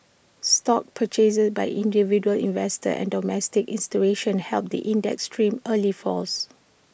stock purchases by individual investors and domestic institutions helped the index trim early falls